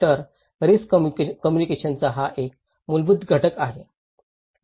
तर रिस्क कम्युनिकेशनचा हा एक मूलभूत घटक आहे